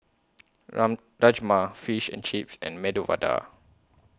Run Rajma Fish and Chips and Medu Vada